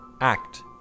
Act